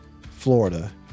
Florida